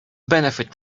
benefit